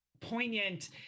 poignant